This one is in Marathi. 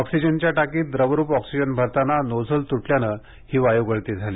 ऑक्सिजनच्या टाकीत द्रवरूप ऑक्सिजन भरताना नोझल तुटल्याने ही वायू गळती झाली